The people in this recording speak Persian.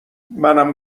منم